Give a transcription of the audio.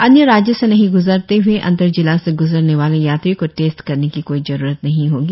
अन्य राज्य से नही ग्जरते हए अंर्तजिला से ग्जरने वाले यात्रियों को टेस्ट करने की कोई जरुरत नहीं होगी